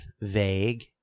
vague